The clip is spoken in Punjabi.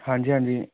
ਹਾਂਜੀ ਹਾਂਜੀ